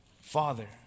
Father